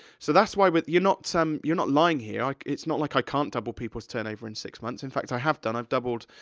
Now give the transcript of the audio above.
so that's why with, you're not, you're not lying, here, like it's not like i can't double people's turnover in six months. in fact, i have done, i've doubled,